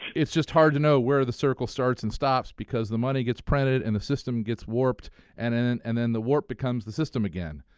it's just hard to know where the circle starts and stops because the money gets printed and the system gets warped and and and and the warp becomes the system again.